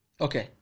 Okay